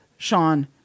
Sean